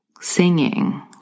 singing